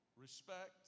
respect